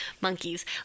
monkeys